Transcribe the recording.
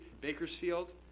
Bakersfield